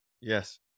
Yes